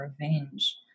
revenge